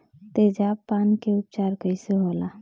तेजाब पान के उपचार कईसे होला?